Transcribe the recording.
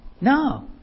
No